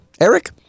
Eric